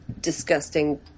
disgusting